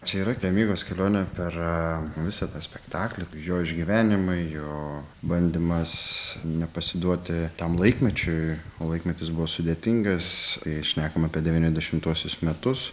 čia yra remygos kelionė per visą tą spektaklį jo išgyvenimai jo bandymas nepasiduoti tam laikmečiui o laikmetis buvo sudėtingas jei šnekam apie devyniasdešimtuosius metus